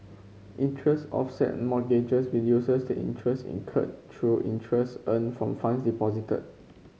interest offset mortgages reduces the interest incurred through interest earned from funds deposited